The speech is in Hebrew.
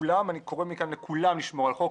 כולם, ואני קורא מכאן לכולם לשמור על החוק,